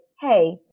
hey